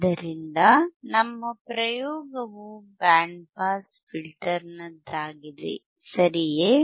ಆದ್ದರಿಂದ ನಮ್ಮ ಪ್ರಯೋಗವು ಬ್ಯಾಂಡ್ ಪಾಸ್ ಫಿಲ್ಟರ್ನದ್ದಾಗಿದೆ ಸರಿಯೇ